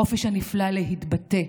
החופש הנפלא להתבטא,